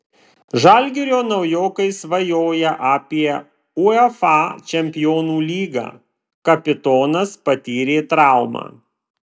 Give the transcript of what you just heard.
žalgirio naujokai svajoja apie uefa čempionų lygą kapitonas patyrė traumą